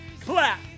clap